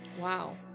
Wow